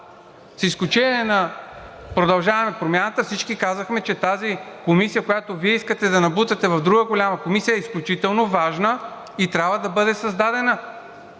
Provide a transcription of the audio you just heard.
с изключение на „Продължаваме Промяната“, всички казахме, че тази комисия, която Вие искате да набутате в друга голяма комисия, е изключително важна и трябва да бъде създадена,